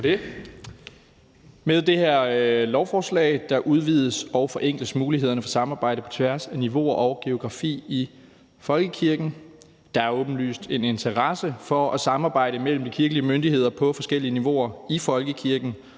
Med det her lovforslag udvides og forenkles mulighederne for samarbejde på tværs af niveauer og geografi i folkekirken. Der er en åbenlys interesse for at samarbejde mellem de kirkelige myndigheder på forskellige niveauer i folkekirken,